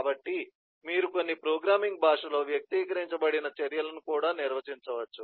కాబట్టి మీరు కొన్ని ప్రోగ్రామింగ్ భాషలో వ్యక్తీకరించబడిన చర్యలను కూడా నిర్వచించవచ్చు